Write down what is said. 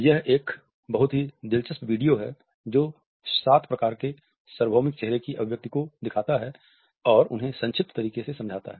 यह एक बहुत ही दिलचस्प वीडियो है जो सात प्रकार के सार्वभौमिक चेहरे की अभिव्यक्ति को दिखता है और उन्हें संक्षिप्त तरीके से समझाता है